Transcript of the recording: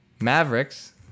Mavericks